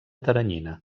teranyina